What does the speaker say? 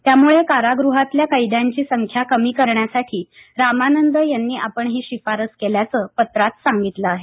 त्यामुळे कारागृहातल्या कैद्यांची संख्या कमी करण्यासाठी रामानंद यांनी आपण ही शिफारस केल्याचं पत्रात सांगितलं आहे